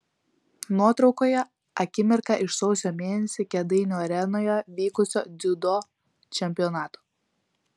nuotraukoje akimirka iš sausio mėnesį kėdainių arenoje vykusio dziudo čempionato